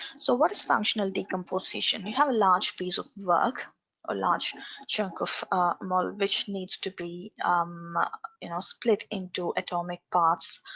so what is functional decomposition? you have a large piece of work a large chunk of mole, which needs to be um split into atomic parts.